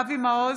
אבי מעוז,